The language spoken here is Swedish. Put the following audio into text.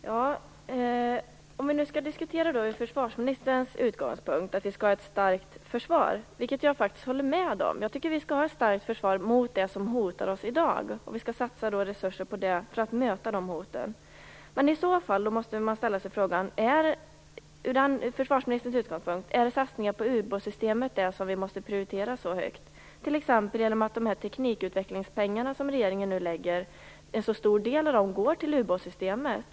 Fru talman! Försvarsministerns utgångspunkt är att vi skall ha ett starkt försvar, vilket jag faktiskt håller med om. Jag tycker att vi skall ha ett starkt försvar mot dem som hotar oss i dag och att vi skall satsa resurser för att möta dessa hot. Men är det i så fall satsningar på ubåtssystemet som måste prioriteras så högt, t.ex. genom att en så stor del av de teknikutvecklingspengar som regeringen nu anslår går till ubåtssystemet?